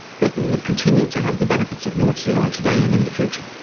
britain would continue to have the benefits of north sea oil today and in the future.